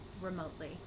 remotely